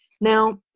Now